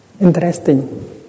interesting